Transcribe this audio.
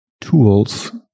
tools